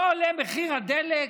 לא עולה מחיר הדלק?